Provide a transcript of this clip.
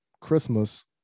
Christmas